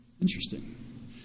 Interesting